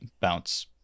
bounce